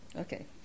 Okay